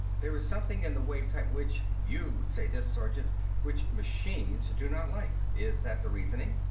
there is something in the wave-type which you would say this, sergeant which machines do not like. is that the reasoning?